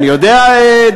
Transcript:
אני יודע,